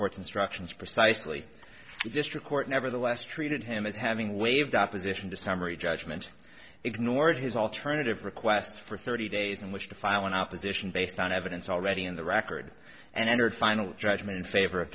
court's instructions precisely the district court nevertheless treated him as having waived opposition to summary judgment ignored his alternative request for thirty days in which to file an opposition based on evidence already in the record and entered final judgment in favor of